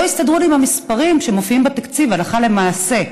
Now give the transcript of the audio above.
לא הסתדר לי עם המספרים שמופיעים בתקציב הלכה למעשה.